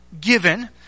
given